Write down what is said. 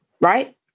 Right